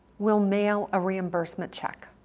we'll mail a reimbursement check.